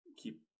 keep